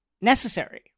necessary